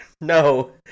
No